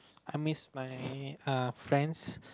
I miss my uh friends